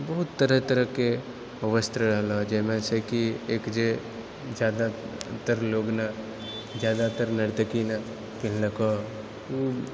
बहुत तरह तरहके वस्त्र रहलौ जाहिमऽ छै कि एक जे जादातर लोग न जादातर नर्तकी न पिहिनलको ओ